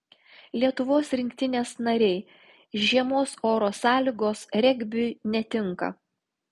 lietuvos rinktinės nariai žiemos oro sąlygos regbiui netinka